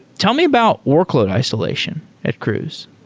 tell me about workload isolation at cruise